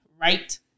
right